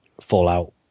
fallout